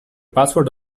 password